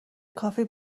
کافی